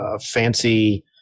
fancy